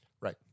Right